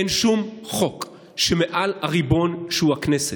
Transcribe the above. אין שום חוק שהוא מעל הריבון, שהוא הכנסת.